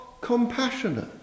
compassionate